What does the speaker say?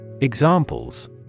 Examples